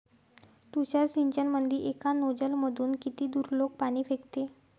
तुषार सिंचनमंदी एका नोजल मधून किती दुरलोक पाणी फेकते?